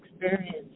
experience